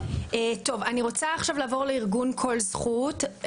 אני רוצה לעבור עכשיו לארגון כל זכות,